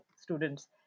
students